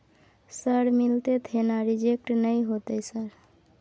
Sir मिलते थे ना रिजेक्ट नय होतय सर?